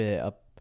up